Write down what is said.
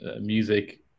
music